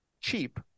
cheap